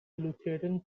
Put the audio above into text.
lutheran